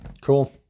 Cool